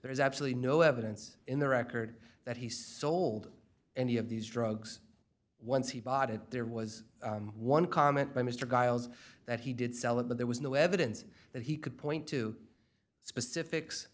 there is absolutely no evidence in the record that he sold any of these drugs once he bought it there was one comment by mr geils that he did sell it but there was no evidence that he could point to specifics